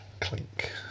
Clink